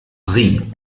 sie